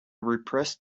repressed